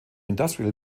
industrial